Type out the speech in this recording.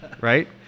right